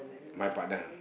my partner